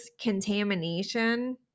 contamination